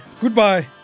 goodbye